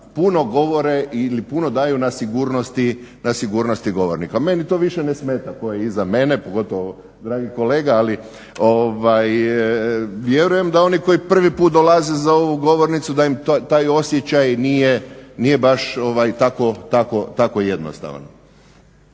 puno govore ili puno daju na sigurnosti govornika. Meni to više ne smeta ko je iza mene, pogotovo dragi kolega vjerujem da oni koji prvi put dolaze za ovu govornicu da im taj osjećaj nije baš tako jednostavan.